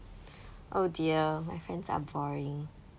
oh dear my friends are boring